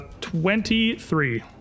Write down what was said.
twenty-three